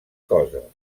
coses